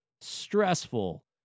stressful